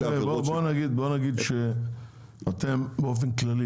אלה עבירות --- בוא נגיד שאתם באופן כללי,